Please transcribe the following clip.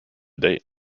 date